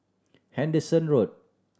Henderson Road